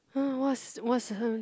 what's what's her